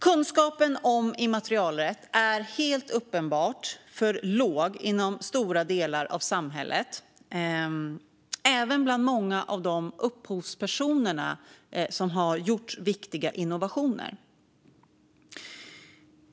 Kunskapen om immaterialrätt är helt uppenbart för låg inom stora delar av samhället, även bland många av upphovspersonerna bakom viktiga innovationer.